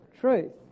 truth